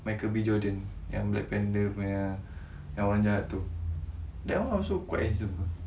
michael B jordan yang black panther punya yang orang jahat tu that [one] also quite handsome apa